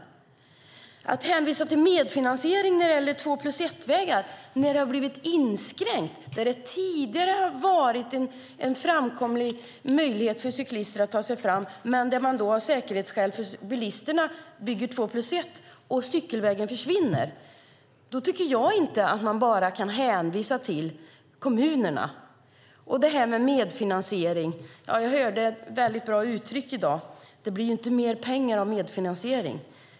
Man hänvisar till medfinansiering av två-plus-ett-vägar där det har blivit en inskränkning; tidigare har det funnits möjlighet för cyklister att ta sig fram, men av säkerhetsskäl för bilisterna bygger man två-plus-ett-väg och cykelvägen försvinner. Då tycker inte jag att man bara kan hänvisa till kommunerna. Angående medfinansieringen hörde jag ett väldigt bra uttryck i dag: Det blir inte mer pengar av medfinansiering.